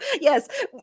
yes